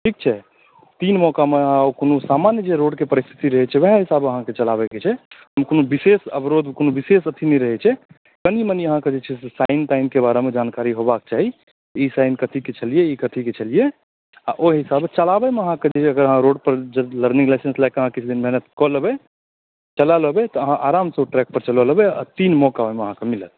ठीक छै तीन मौकामे कोनो सामान्य जे रोडके परिस्थिति रहैत छै ओएह सभ अहाँकेँ चलाबैके छै एहिमे कोनो विशेष अवरोध कोनो विशेष अथी नहि रहैत छै कनि मनी अहाँकेँ जे छै साइन ताइनके बारेमे जानकारी होबाक चाही ई साइन कथीके छलियै ई आ ओहि हिसाबे चलाबैमे जे अहाँकेँ रोड पर जब लर्निङ्ग लाइसेन्स लैकऽ अहाँ किछु दिन मेहनत कऽ लेबै चला लेबै तऽ अहाँ आरामसंँ ओ ट्रैक पर चला लेबै तीन मौका ओहिमे अहाँकेँ मिलत